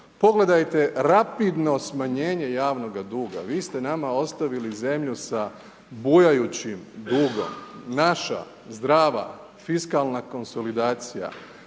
Pogledajte rapidno smanjenje javnoga duga, vi ste nama ostavili zemlju sa bujajućim dugom. Naša zdrava fiskalna konsolidacija,